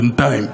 בינתיים,